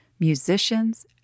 musicians